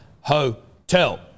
Hotel